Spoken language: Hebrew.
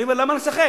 אני אומר: למה לשחק?